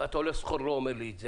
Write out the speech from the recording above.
ואתה הולך סחור סחור ולא אומר לי את זה.